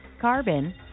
carbon